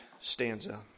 stanza